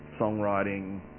songwriting